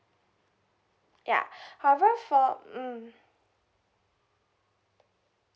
ya however for mm